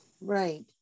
Right